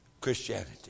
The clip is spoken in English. Christianity